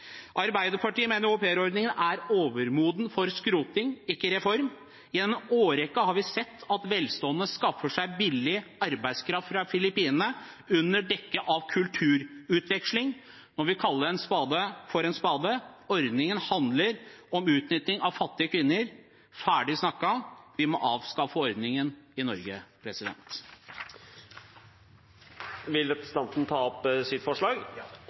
Arbeiderpartiet mener aupairordningen er overmoden for skroting, ikke reform. I en årrekke har vi sett at velstående skaffer seg billig arbeidskraft fra Filippinene under dekke av kulturutveksling. Nå må vi kalle en spade for en spade: Ordningen handler om utnytting av fattige kvinner, ferdig snakka. Vi må avskaffe ordningen i Norge. Jeg tar opp forslaget fra Arbeiderpartiet og SV. Representanten Masud Gharahkhani har tatt opp